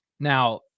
now